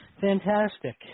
Fantastic